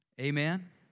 Amen